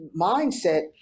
mindset